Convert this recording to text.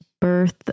birth